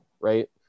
Right